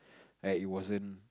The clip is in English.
like it wasn't